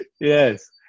Yes